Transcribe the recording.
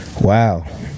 Wow